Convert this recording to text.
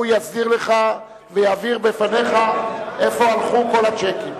הוא יסדיר לך ויבהיר בפניך לאיפה הלכו כל הצ'קים.